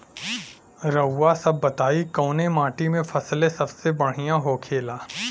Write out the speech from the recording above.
रउआ सभ बताई कवने माटी में फसले सबसे बढ़ियां होखेला?